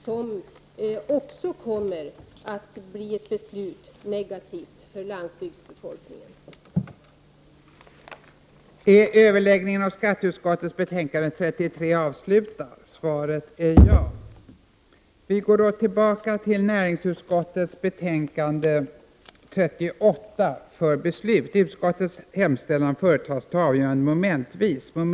dels att en extra suppleantplats i utrikesutskottet som tidigare tilldelats folkpartiet nu skulle dras in.